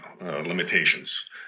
limitations